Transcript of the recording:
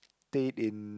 stayed in